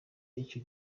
icyo